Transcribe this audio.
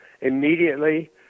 immediately